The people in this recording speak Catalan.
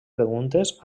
preguntes